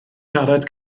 siarad